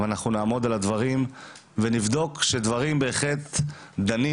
ואנחנו נעמוד על הדברים ונבדוק שדברים בהחלט דנים